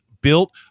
Built